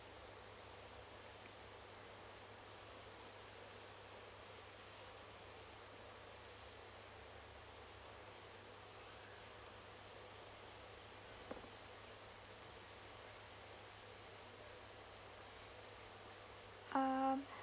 uh